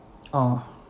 ah